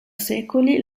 secoli